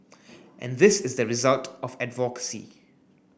and this is a result of advocacy